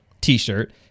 T-shirt